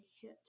hit